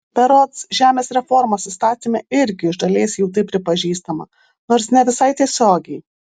berods žemės reformos įstatyme irgi iš dalies jau tai pripažįstama nors ne visai tiesiogiai